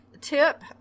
tip